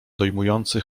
dojmujący